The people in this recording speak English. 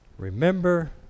Remember